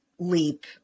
leap